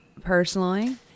personally